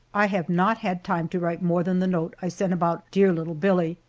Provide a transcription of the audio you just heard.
i have not had time to write more than the note i sent about dear little billie.